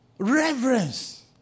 reverence